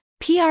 PR